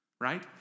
right